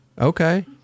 Okay